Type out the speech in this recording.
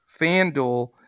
FanDuel